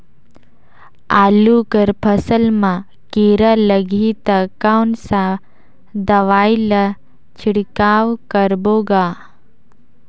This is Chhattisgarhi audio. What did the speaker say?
आलू कर फसल मा कीरा लगही ता कौन सा दवाई ला छिड़काव करबो गा?